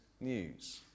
news